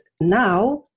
now